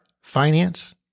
finance